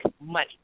money